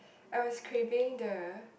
I was craving the